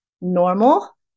normal